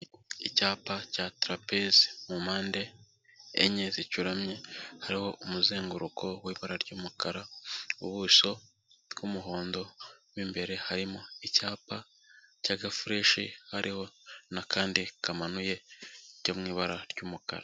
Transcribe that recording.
Icyapa cya tarapeze mu mpande enye zicuyuramye, hariho umuzenguruko w'ibara ry'umukara, ubuso bw'umuhond, mo imbere harimo icyapa cy'agafureshi hariho n'akandi kamanuye byo mu ibara ry'umukara.